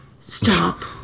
stop